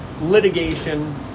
litigation